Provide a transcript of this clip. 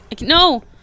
No